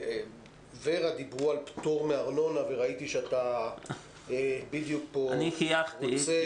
ור"ה כאן דיברו על פטור מארנונה וראיתי שאתה בדיוק -- אני חייכתי